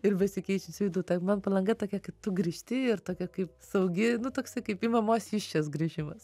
ir besikeičiančių veidų tai man palanga tokia kaip tu grįžti ir tokia kaip saugi nu toksaii kaip į mamos įsčias grįžimas